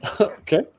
Okay